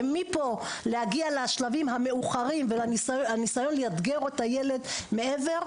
ומפה להגיע לשלבים המאוחרים והניסיון לאתגר את הילד מעבר,